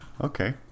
okay